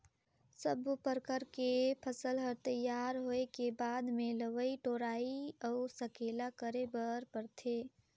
सब्बो परकर के फसल हर तइयार होए के बाद मे लवई टोराई अउ सकेला करे बर परथे